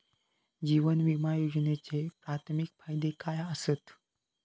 जीवन विमा योजनेचे प्राथमिक फायदे काय आसत?